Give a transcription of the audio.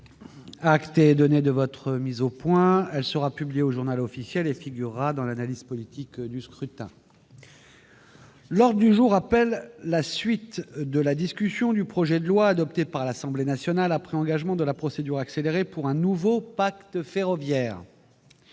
Acte est donné de cette mise au point, mon cher collègue. Elle sera publiée au et figurera dans l'analyse politique du scrutin. L'ordre du jour appelle la suite de la discussion du projet de loi, adopté par l'Assemblée nationale après engagement de la procédure accélérée, pour un nouveau pacte ferroviaire